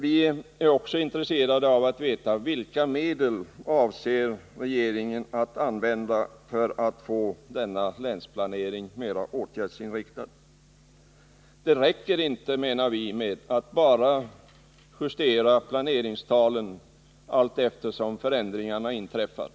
Vi är också intresserade av att få veta vilka medel regeringen avser att använda för att få denna länsplanering mera åtgärdsinriktad. Det räcker inte, menar vi, med att bara justera planeringstalen allteftersom förändringarna inträffar.